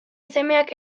semeak